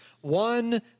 One